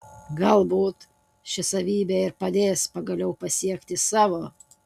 galbūt ši savybė ir padės pagaliau pasiekti savo